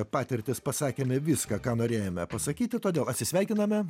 patirtis pasakėme viską ką norėjome pasakyti todėl atsisveikiname